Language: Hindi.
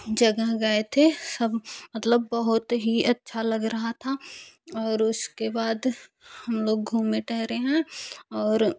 जगह गए थे सब मतलब बहुत ही अच्छा लग रहा था और उसके बाद हम लोग घूमे टहले हैं और